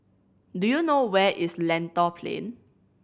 do you know where is Lentor Plain